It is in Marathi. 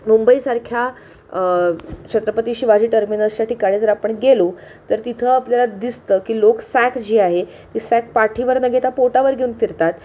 मुंबईसारख्या छत्रपती शिवाजी टर्मिनसच्या ठिकाणी जर आपण गेलो तर तिथं आपल्याला दिसतं की लोक सॅक जी आहे ती सॅक पाठीवर न घेता पोटावर घेऊन फिरतात